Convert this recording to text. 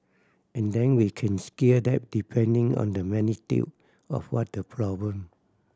and then we can scale that depending on the magnitude of what the problem